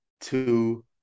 two